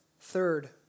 Third